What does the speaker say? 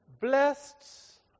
Blessed